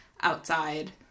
outside